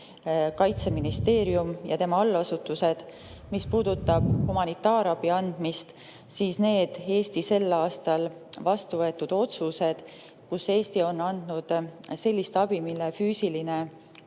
Kaitseministeerium ja tema allasutused. Mis puudutab humanitaarabi andmist ja sel aastal vastu võetud otsuseid, siis Eesti on andnud sellist abi, mille füüsilist